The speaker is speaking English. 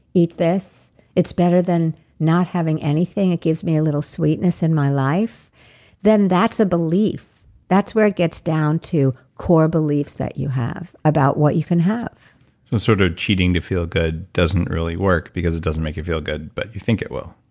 eat this. it's better than not having anything. it gives me a little sweetness in my life then, that's a belief. that's where it gets down to core beliefs that you have about what you can have. so sort of cheating to feel good doesn't really work, because it doesn't make you feel good, but you think it will.